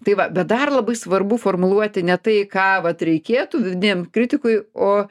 tai va bet dar labai svarbu formuluoti ne tai ką vat reikėtų vidiniam kritikui o